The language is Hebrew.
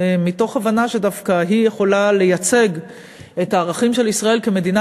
מתוך הבנה שדווקא היא יכולה לייצג את הערכים של ישראל כמדינה